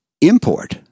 import